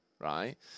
right